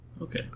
Okay